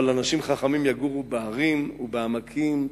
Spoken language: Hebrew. אבל אנשים חכמים יגורו בהרים ובעמקים,